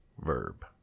Verb